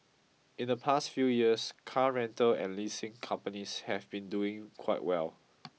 in the past few years car rental and leasing companies have been doing quite well